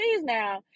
now